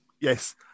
Yes